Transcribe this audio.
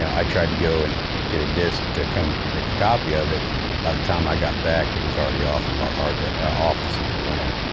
i tried to go and get a disc to come make a copy of it and by the time i got back it was already off of our hard drive, off the secret lan.